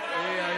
לא אכפת להם,